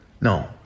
No